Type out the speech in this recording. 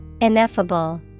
Ineffable